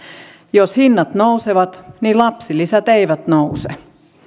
jos hinnat nousevat niin lapsilisät eivät nouse